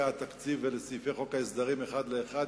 התקציב ולסעיפי חוק ההסדרים אחד לאחד.